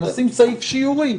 נשים סעיף שיורי.